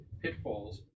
pitfalls